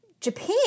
Japan